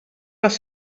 les